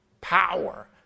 Power